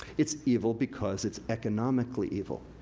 it's evil because it's economically evil.